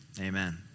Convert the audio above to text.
Amen